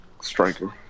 striker